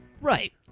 Right